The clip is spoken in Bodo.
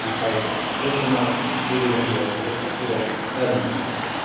नाथाय बे समाव डिलिबारिया एसे गोबाव जादोंमोन